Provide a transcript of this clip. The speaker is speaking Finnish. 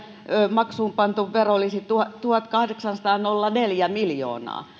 maksuunpantu vero olisi tuhatkahdeksansataaneljä miljoonaa